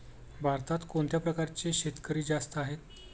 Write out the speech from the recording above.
भारतात कोणत्या प्रकारचे शेतकरी जास्त आहेत?